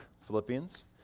Philippians